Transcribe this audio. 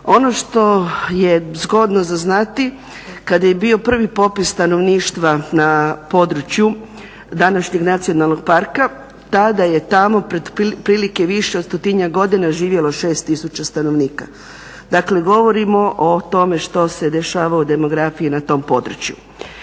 Ono što je zgodno za znati kada je bio prvi popis stanovništva na području današnjeg nacionalnog parka tada je tamo pred otprilike više od stotinjak godina živjelo 6 tisuća stanovnika, dakle govorimo o tome što se dešavalo u demografiji na tom području.